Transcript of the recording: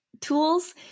tools